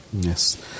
Yes